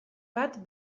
bat